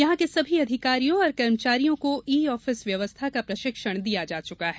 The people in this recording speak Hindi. यहां के सभी अधिकारियों और कर्मचारियों को ई आफिस व्यवस्था का प्रशिक्षण दिया जा चुका है